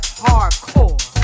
hardcore